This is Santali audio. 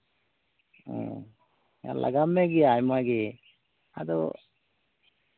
ᱚᱻ ᱞᱟᱜᱟᱣ ᱢᱮᱜᱮᱭᱟ ᱟᱭᱢᱟ ᱜᱮ ᱟᱫᱚ